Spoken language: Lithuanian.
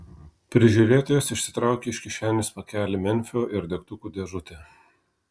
prižiūrėtojas išsitraukė iš kišenės pakelį memfio ir degtukų dėžutę